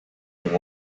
junge